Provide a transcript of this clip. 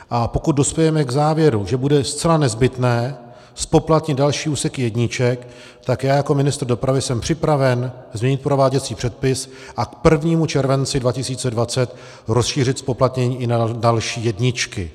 A pokud dospějeme k závěru, že bude zcela nezbytné zpoplatnit další úseky jedniček, tak já jako ministr dopravy jsem připraven změnit prováděcí předpis a k 1. červenci 2020 rozšířit zpoplatnění i na další jedničky.